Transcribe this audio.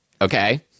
Okay